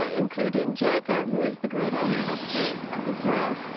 ah including jacob, who is the great ancestor of israel.